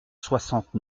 soixante